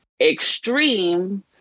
extreme